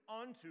unto